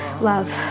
love